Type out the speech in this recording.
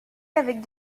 avec